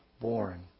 born